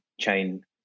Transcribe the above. chain